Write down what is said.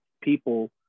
people